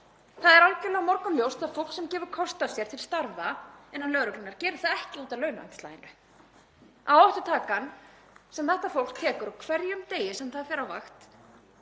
Það er algerlega morgunljóst að fólk sem gefur kost á sér til starfa innan lögreglunnar gerir það ekki út af launaumslaginu. Áhættan sem þetta fólk tekur á hverjum degi sem það fer á vakt